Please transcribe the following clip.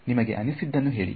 ನಿಮಗೆ ಅನಿಸಿದ್ದನ್ನು ಹೇಳಿ